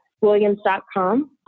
williams.com